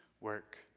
work